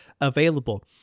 available